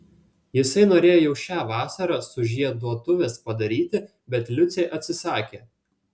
jisai norėjo jau šią vasarą sužieduotuves padaryti bet liucė atsisakė